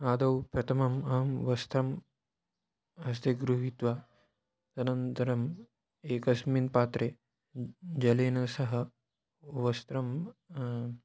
आदौ प्रथमम् अहं वस्त्रम् हस्ते गृहीत्वा तदनन्तरम् एकस्मिन् पात्रे जलेन सह वस्त्रं